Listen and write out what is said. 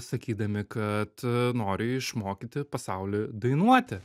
sakydami kad nori išmokyti pasaulį dainuoti